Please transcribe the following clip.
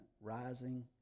rising